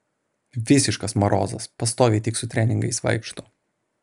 visiškas marozas pastoviai tik su treningais vaikšto